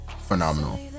phenomenal